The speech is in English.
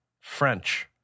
French